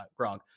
Gronk